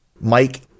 Mike